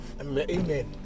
Amen